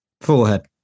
Forehead